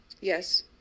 Yes